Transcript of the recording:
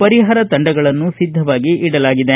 ಪರಿಹಾರ ತಂಡಗಳನ್ನು ಸಿದ್ದವಾಗಿ ಇಡಲಾಗಿದೆ